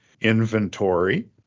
Inventory